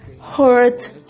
Hurt